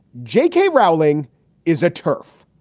j k. rowling is a turf.